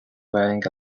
wearing